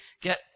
get